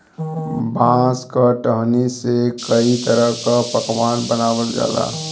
बांस क टहनी से कई तरह क पकवान बनावल जाला